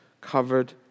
covered